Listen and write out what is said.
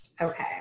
Okay